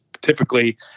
typically